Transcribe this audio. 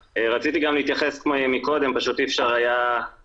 רציתי גם להתייחס קודם, אבל אי אפשר היה להתבטא.